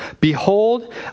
Behold